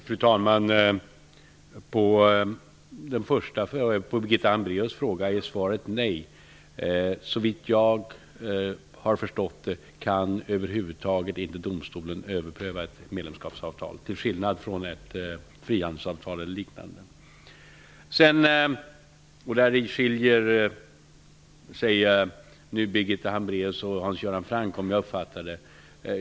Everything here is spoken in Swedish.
Fru talman! På Birgitta Hambraeus fråga är svaret nej. Såvitt jag har förstått kan inte domstolen över huvud taget överpröva ett medlemskapsavtal, till skillnad från ett frihandelsavtal eller liknande. I denna fråga skiljer sig Birgitta Hambraeus och Hans Göran Francks meningar, som jag uppfattar det.